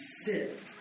sit